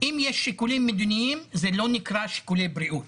אם יש שיקולים מדיניים זה לא נקרא שיקולי בריאות.